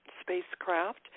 spacecraft